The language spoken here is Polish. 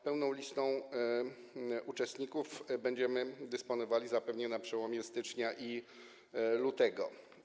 Pełną listą uczestników będziemy dysponowali zapewne na przełomie stycznia i lutego.